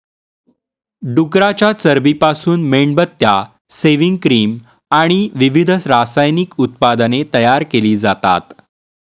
डुकराच्या चरबीपासून मेणबत्त्या, सेव्हिंग क्रीम आणि विविध रासायनिक उत्पादने तयार केली जातात